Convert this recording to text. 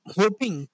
hoping